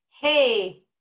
hey